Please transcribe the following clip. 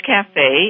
Cafe